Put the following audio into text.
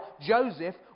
Joseph